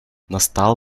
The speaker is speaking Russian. настал